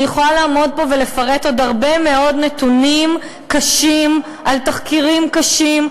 אני יכולה לעמוד פה ולפרט עוד הרבה מאוד נתונים קשים על תחקירים קשים,